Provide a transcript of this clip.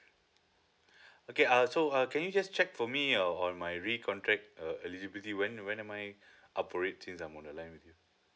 okay uh so uh can you just check for me uh on my recontract uh eligibility when when am I operating some more the line with you